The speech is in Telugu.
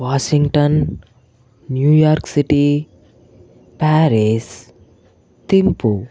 Washington New York City Paris Thimphu